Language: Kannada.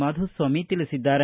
ಮಾಧುಸ್ವಾಮಿ ತಿಳಿಸಿದ್ದಾರೆ